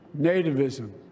nativism